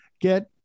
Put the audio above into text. get